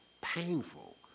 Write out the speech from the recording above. painful